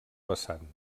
vessant